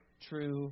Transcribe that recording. true